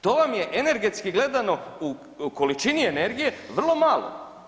To vam je energetski gledano u količini energije vrlo malo.